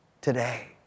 today